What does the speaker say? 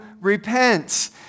repent